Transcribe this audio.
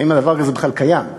האם דבר כזה בכלל קיים.